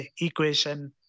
equation